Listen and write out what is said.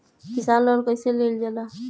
किसान लोन कईसे लेल जाला?